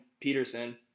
Peterson